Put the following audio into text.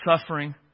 suffering